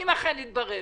אם יתברר